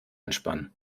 entspannen